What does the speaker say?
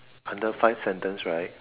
under five sentence right